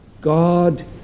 God